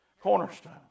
cornerstone